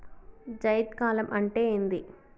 జైద్ కాలం అంటే ఏంది?